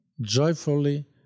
joyfully